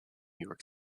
york